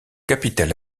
capitale